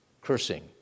cursing